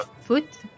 foot